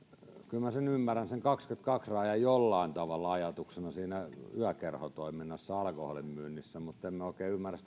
kyllä minä ymmärrän sen kahdenkymmenenkahden rajan jollain tavalla ajatuksena siinä yökerhotoiminnassa alkoholin myynnissä mutta en minä oikein ymmärrä